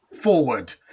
forward